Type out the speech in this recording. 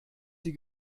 sie